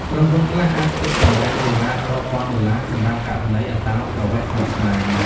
ក្រុមហ៊ុនខ្លះអាចគិតកម្រៃសេវារាប់ពាន់ដុល្លារសម្រាប់ករណីអន្តោប្រវេសន៍ស្មុគស្មាញ។